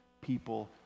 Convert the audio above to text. people